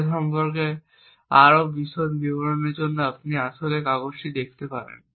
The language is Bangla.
সে সম্পর্কে আরও বিশদ বিবরণের জন্য আপনি আসলে কাগজটি দেখতে পারেন